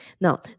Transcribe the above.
Now